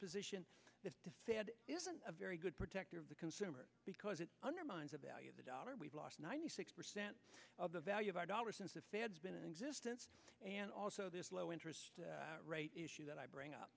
position that the fed isn't a very good protector of the consumer because it undermines a value of the dollar we've lost ninety six percent of the value of our dollar since the fed's been in existence and also this low interest rate issue that i bring up